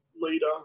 leader